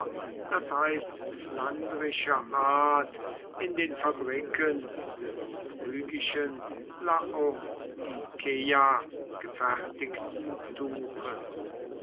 das heißt flandrischer art in den fabriken des phrygischen laodikeia gefertigten tuche